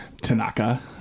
Tanaka